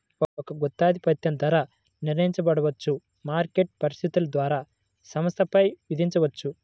ఒక గుత్తాధిపత్యం ధర నిర్ణయించబడవచ్చు, మార్కెట్ పరిస్థితుల ద్వారా సంస్థపై విధించబడవచ్చు